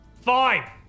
Fine